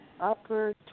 upper